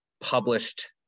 published